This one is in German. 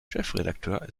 chefredakteur